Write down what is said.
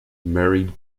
married